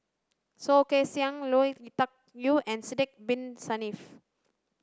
Soh Kay Siang Lui Tuck Yew and Sidek Bin Saniff